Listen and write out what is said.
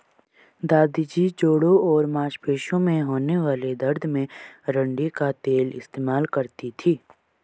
दादी जी जोड़ों और मांसपेशियों में होने वाले दर्द में अरंडी का तेल इस्तेमाल करती थीं